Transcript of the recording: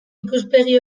ikuspegi